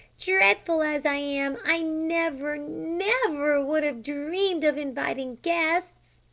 dreadful as i am i never never would have dreamed of inviting guests!